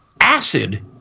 acid